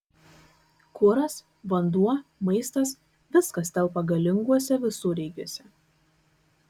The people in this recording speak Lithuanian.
kuras vanduo maistas viskas telpa galinguose visureigiuose